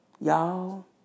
Y'all